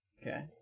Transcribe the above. Okay